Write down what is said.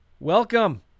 Welcome